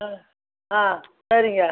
ஆ ஆ சரிங்க